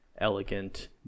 Elegant